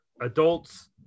adults